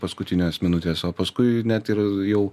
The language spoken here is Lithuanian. paskutinės minutės o paskui net ir jau